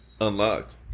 Unlocked